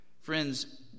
Friends